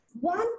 one